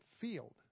field